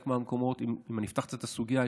אם אני אפתח את הסוגיה,